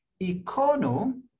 Econo